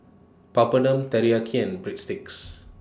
Papadum Teriyaki and Breadsticks